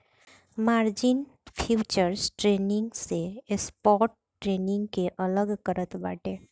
margin futures trading से spot trading के अलग करत बाटे